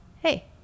hey